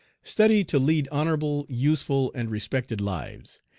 study to lead honorable, useful, and respected lives.